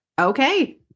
Okay